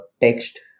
text